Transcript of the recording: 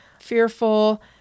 fearful